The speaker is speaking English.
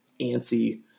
antsy